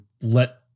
let